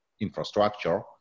infrastructure